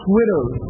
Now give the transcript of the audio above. widows